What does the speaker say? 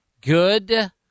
Good